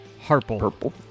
Harple